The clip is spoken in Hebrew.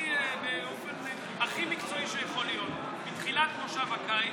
באופן הכי מקצועי שיכול להיות, בתחילת מושב הקיץ,